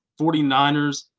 49ers